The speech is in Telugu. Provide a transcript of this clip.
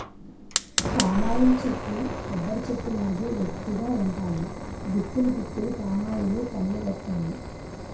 పామ్ ఆయిల్ చెట్లు కొబ్బరి చెట్టు లాగా ఎత్తు గ ఉంటాయి గుత్తులు గుత్తులు పామాయిల్ పల్లువత్తాయి